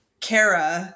Kara